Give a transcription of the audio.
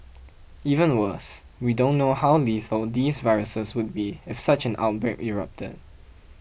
even worse we don't know how lethal these viruses would be if such an outbreak erupted